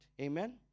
Amen